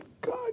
God